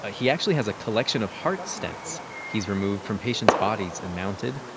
ah he actually has a collection of heart stents he's removed from patients' bodies and mounted.